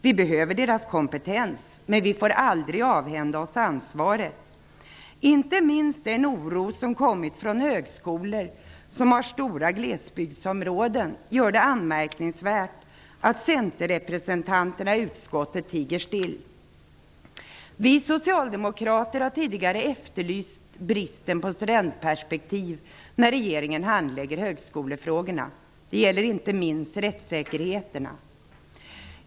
Vi behöver deras kompetens, men vi får aldrig avhända oss ansvaret. Inte minst den oro som kommit från högskolor som har ansvar för stora glesbygdsområden gör det anmärkningsvärt att centerrepresentanterna i utskottet tiger still. Vi socialdemokrater har tidigare efterlyst bristen på studentperspektiv när regeringen handlägger högskolefrågorna. Det gäller inte minst rättssäkerheten.